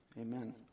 Amen